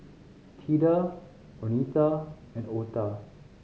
Theda Oneta and Otha